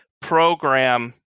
program